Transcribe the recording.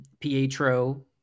Pietro